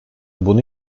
bunu